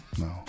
No